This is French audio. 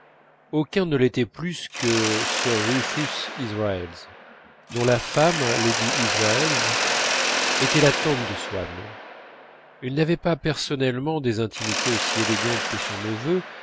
aucun ne l'était plus que sir rufus israels dont la femme lady israels était tante de swann elle n'avait pas personnellement des intimités aussi élégantes que son neveu